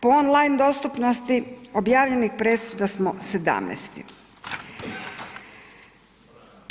Po on-line dostupnosti objavljenih presuda smo 17.-ti.